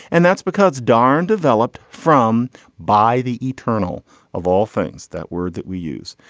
and that's because darn developed from by the eternal of all things. that word that we use.